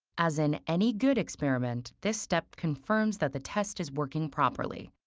as in any good experiment, this step confirms that the test is working properly.